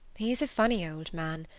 he is a funny old man.